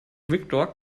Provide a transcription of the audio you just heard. viktor